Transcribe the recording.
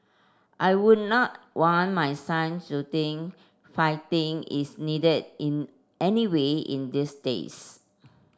I would not want my son to think fighting is needed in any way in these days